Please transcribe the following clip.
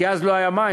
כי אז לא היו מים,